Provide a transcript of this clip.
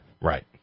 right